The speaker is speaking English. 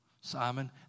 Simon